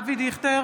אבי דיכטר,